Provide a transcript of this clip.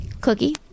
Cookie